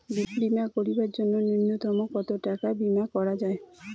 বীমা করিবার জন্য নূন্যতম কতো টাকার বীমা করা যায়?